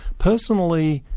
personally,